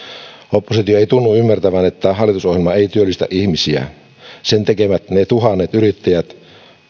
oppositio ei tunnu ymmärtävän että hallitusohjelma ei työllistä ihmisiä sen tekevät ne tuhannet yrittäjät